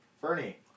Bernie